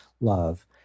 love